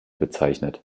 bezeichnet